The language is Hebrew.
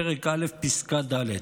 פרק א', פסקה ד':